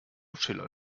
schiller